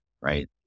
right